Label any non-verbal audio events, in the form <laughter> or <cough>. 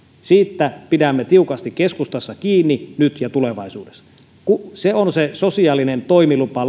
siitä pidämme tiukasti keskustassa kiinni nyt ja tulevaisuudessa se on se sosiaalinen toimilupa <unintelligible>